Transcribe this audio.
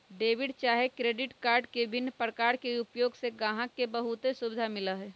debit चाहे credit card के विभिन्न प्रकार के उपयोग से गाहक के बहुते सुभिधा मिललै ह